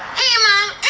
hey mom,